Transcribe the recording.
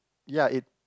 ya it